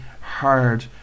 hard